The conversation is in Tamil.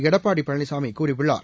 எடப்பாட்பழனிசாமிகூறியுள்ளார்